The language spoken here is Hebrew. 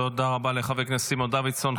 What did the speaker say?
תודה רבה לחבר הכנסת סימון דוידסון.